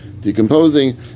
decomposing